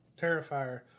terrifier